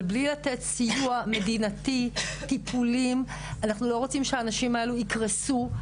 אבל בלי לתת סיוע מדינתי וטיפולים אנחנו לא רוצים שהנשים האלו יקרסו.